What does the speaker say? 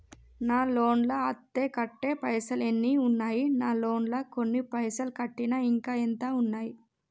నా లోన్ లా అత్తే కట్టే పైసల్ ఎన్ని ఉన్నాయి నా లోన్ లా కొన్ని పైసల్ కట్టిన ఇంకా ఎంత ఉన్నాయి?